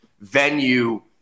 venue